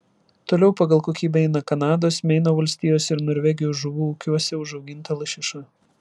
toliau pagal kokybę eina kanados meino valstijos ir norvegijos žuvų ūkiuose užauginta lašiša